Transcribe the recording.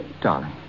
Darling